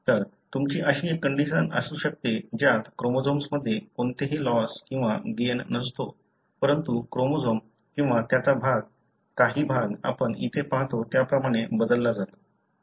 तर तुमची अशी एक कंडिशन असू शकते ज्यात क्रोमोझोम्समध्ये कोणतेही लॉस किंवा गेन नसतो परंतु क्रोमोझोम किंवा त्याचा काही भाग आपण इथे पाहतो त्याप्रमाणे बदलला जातो